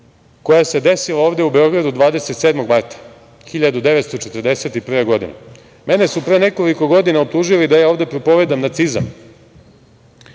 koja se desila ovde u Beogradu 27. marta 1941. godine. Mene su pre nekoliko godina optužili da ja ovde propovedam nacionalizam